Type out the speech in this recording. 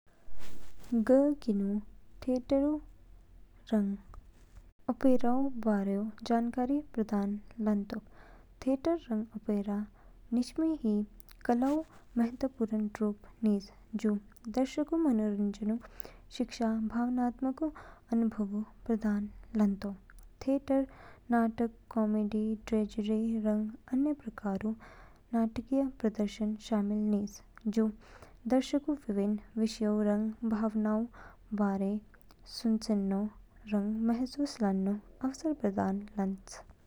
ग किनू थिएटर रंग ओपेराऊ बारे जानकारी प्रदान लानतोक। थिएटर रंग ओपेरा निशमि ही कलाऊ महत्वपूर्ण रूप निज जू दर्शकऊ मनोरंजनऊ, शिक्षा भावनात्मक अनुभवऊ प्रदान लानतो। थिएटरऊ नाटक, कॉमेडी, ट्रेजेडी रंग अन्य प्रकारऊ नाटकीय प्रदर्शन शामिल निज। जू दर्शकऊ विभिन्न विषयों रंग भावनाओंऊ बारे सुचेनो रंग महसूस लानो अवसर प्रदान लान्च।